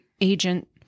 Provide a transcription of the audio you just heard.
agent